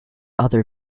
other